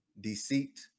deceit